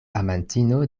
amantino